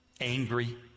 angry